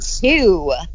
two